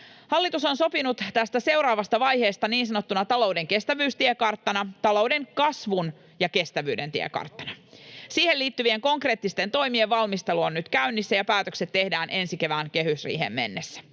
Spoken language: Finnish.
Hallitus on sopinut tästä seuraavasta vaiheesta niin sanottuna talouden kestävyystiekarttana, talouden kasvun ja kestävyyden tiekarttana. Siihen liittyvien konkreettisten toimien valmistelu on nyt käynnissä, ja päätökset tehdään ensi kevään kehysriiheen mennessä.